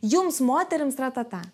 jums moterims tratata